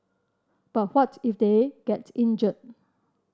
but what if they get injured